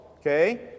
Okay